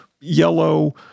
Yellow